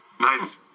Nice